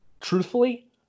truthfully